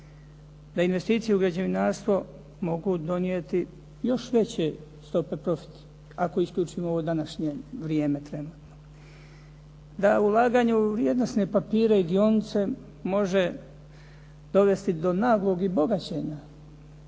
da investicije u građevinarstvo mogu donijeti još veće stope profita ako isključimo ovo današnje vrijeme trenutno. Da je ulaganje u vrijednosne papire i dionice može dovesti do naglog i bogaćenja,